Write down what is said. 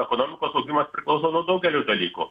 ekonomikos augimas priklauso nuo daugelio dalykų